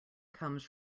comes